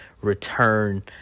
return